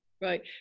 Right